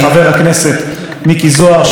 ואין לי ספק שידחף יחד איתי ויסייע